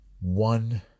one